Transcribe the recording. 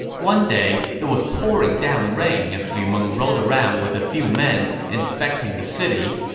one day, it was pouring down rain as lu meng rode around with a few men, inspecting the city.